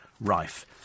rife